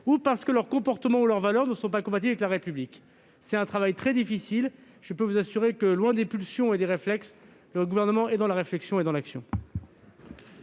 jugeons que le comportement ou les valeurs ne sont pas compatibles avec la République. C'est un travail très difficile, et je peux vous assurer que, loin des pulsions et des réflexes, le Gouvernement est dans la réflexion et dans l'action.